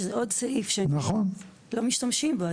זה עוד סעיף שלא משתמשים בו.